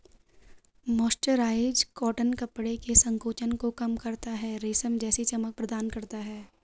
mercerised cotton कपड़े के संकोचन को कम करता है, रेशम जैसी चमक प्रदान करता है